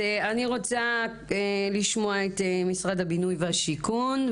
אני רוצה לשמוע את משרד הבינוי והשיכון,